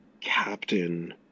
captain